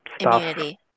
immunity